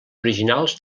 originals